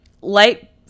light